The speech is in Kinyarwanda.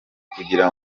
kugira